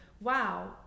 wow